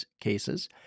cases